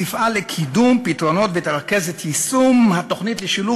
תפעל לקידום פתרונות ותרכז את יישום התוכנית לשילוב